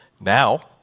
Now